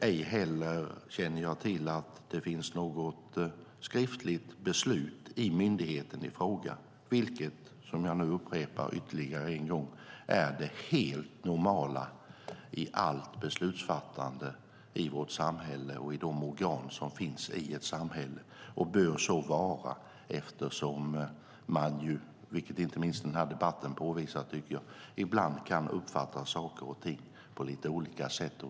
Ej heller känner jag till att det finns något skriftligt beslut hos myndigheten i fråga, vilket, som jag nu upprepar ytterligare en gång, är det helt normala i allt beslutsfattande i vårt samhälle och i de organ som finns i ett samhälle, och bör så vara eftersom man ibland, vilket jag tycker att inte minst den här debatten påvisar, kan uppfatta saker och ting på lite olika sätt.